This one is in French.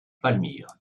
palmyre